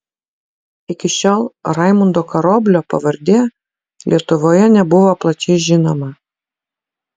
iki šiol raimundo karoblio pavardė lietuvoje nebuvo plačiai žinoma